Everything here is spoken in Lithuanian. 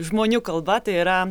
žmonių kalba tai yra